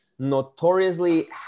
notoriously